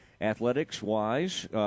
athletics-wise